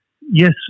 yes